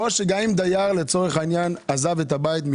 לצורך העניין, אם